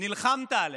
נלחמת עליה.